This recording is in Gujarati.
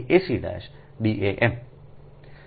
D am